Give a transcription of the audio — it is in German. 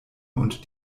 und